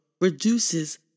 reduces